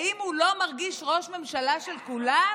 האם הוא לא מרגיש ראש ממשלה של כולם?